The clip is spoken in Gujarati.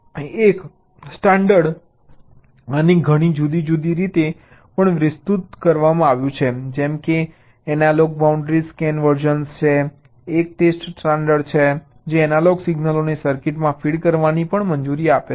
1 સ્ટાન્ડર્ડ આને ઘણી જુદી જુદી રીતે પણ વિસ્તૃત કરવામાં આવ્યું છે જેમ કે એનાલોગ બાઉન્ડ્રી સ્કેન વર્ઝન છે એક ટેસ્ટ સ્ટાન્ડર્ડ છે જે એનાલોગ સિગ્નલોને સર્કિટમાં ફીડ કરવાની પણ મંજૂરી આપે છે